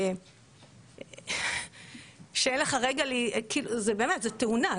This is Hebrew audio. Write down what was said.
זה תאונה,